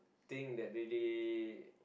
thing that really